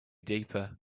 deeper